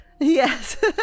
yes